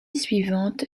suivante